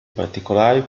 particolari